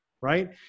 right